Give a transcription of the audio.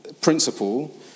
principle